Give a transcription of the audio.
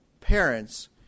parents